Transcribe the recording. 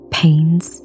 pains